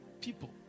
people